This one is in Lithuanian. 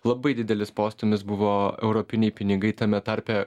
labai didelis postūmis buvo europiniai pinigai tame tarpe